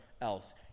else